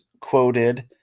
quoted